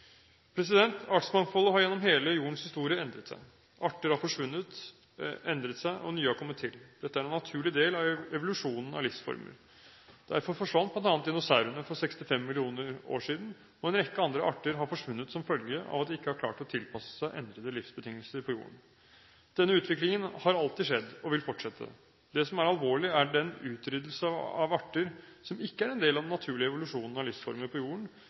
Artsmangfoldet har gjennom hele jordens historie endret seg. Arter har forsvunnet, endret seg, og nye har kommet til. Dette er en naturlig del av evolusjonen av livsformer. Derfor forsvant bl.a. dinosaurene for 65 millioner år siden, og en rekke andre arter har forsvunnet som følge av at de ikke har klart å tilpasse seg endrede livsbetingelser på jorden. Denne utviklingen har alltid skjedd, og vil fortsette. Det som er alvorlig, er den utryddelse av arter som ikke er en del av den naturlige evolusjonen av livsformer på jorden,